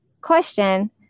question